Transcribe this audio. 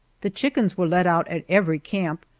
the chickens were let out at every camp,